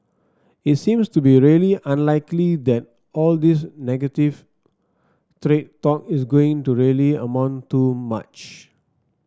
it seems to be really unlikely that all this negative trade talk is going to really amount to much